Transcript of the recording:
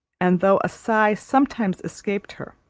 and though a sigh sometimes escaped her,